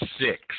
six